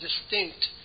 distinct